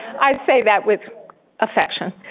i say that with affection.